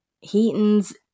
Heaton's